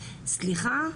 סליחה,